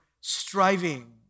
striving